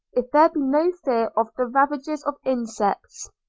if there be no fear of the ravages of insects.